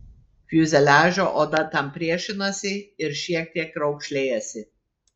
fiuzeliažo oda tam priešinasi ir šiek tiek raukšlėjasi